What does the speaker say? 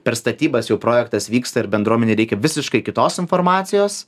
per statybas jau projektas vyksta ir bendruomenei reikia visiškai kitos informacijos